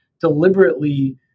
deliberately